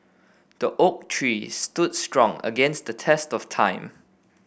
the oak tree stood strong against the test of time